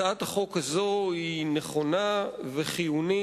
הצעת החוק הזאת היא נכונה וחיונית,